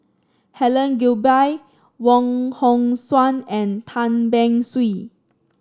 Helen Gilbey Wong Hong Suen and Tan Beng Swee